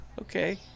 Okay